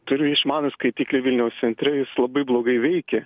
turiu išmanų skaitiklį vilniaus centre jis labai blogai veikia